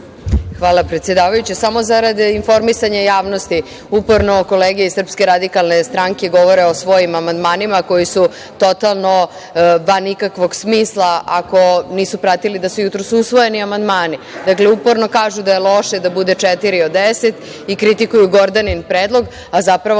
Hvala, predsedavajuća. Samo zarad informisanja javnosti. Uporno kolege iz SRS govore o svojim amandmanima koji su totalno van ikakvog smisla ako nisu pratili da su jutros usvojeni amandmani. Dakle, uporno kažu da je loše da bude četiri od 10 i kritikuju Gordanin predlog, a zapravo